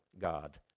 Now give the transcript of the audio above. God